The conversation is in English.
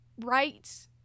right